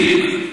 בדיוק.